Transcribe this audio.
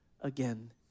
again